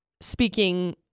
speaking